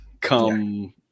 come